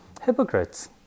hypocrites